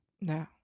No